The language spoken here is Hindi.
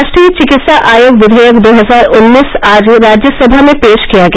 राष्ट्रीय चिकित्सा आयोग विधेयक दो हजार उन्नीस आज राज्यसभा में पेश किया गया